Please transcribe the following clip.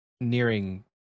nearing